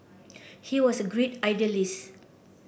he was a great idealist